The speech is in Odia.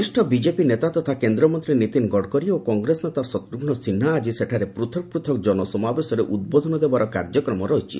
ବରିଷ୍ଣ ବିଜେପି ନେତା ତଥା କେନ୍ଦ୍ରମନ୍ତ୍ରୀ ନୀତିନ ଗଡ଼କରୀ ଏବଂ କଂଗ୍ରେସ ନେତା ଶତ୍ରଘ୍ନ ସିହ୍ନା ଆଜି ସେଠାରେ ପୃଥକ୍ ପୃଥକ୍ ଜନସମାବେଶରେ ଉଦ୍ବୋଧନ ଦେବାର କାର୍ଯ୍ୟକ୍ରମ ରହିଛି